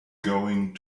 going